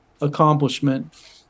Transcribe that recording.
accomplishment